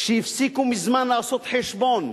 שהפסיקו מזמן לעשות חשבון,